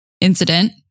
incident